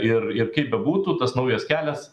ir ir kaip bebūtų tas naujas kelias